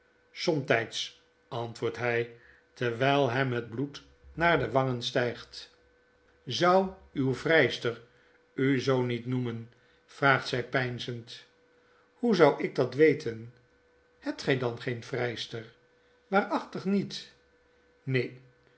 sorotyds antwoordt hy terwyl hem het bloed naar de wangen stygt zou uw vryster u zoo niet noemen vraagt zij peinzend hoe zou ik dat weten hebt gy dan geen vrijster waarachtig niet neen